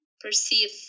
Perceive